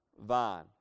vine